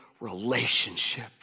relationship